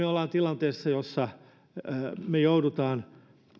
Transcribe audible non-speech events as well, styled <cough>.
<unintelligible> olemme tilanteessa jossa joudumme